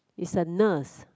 is a nurse